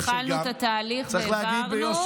התחלנו את התהליך והעברנו,